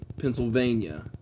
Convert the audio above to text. Pennsylvania